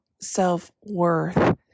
self-worth